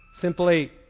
Simply